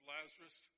Lazarus